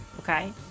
okay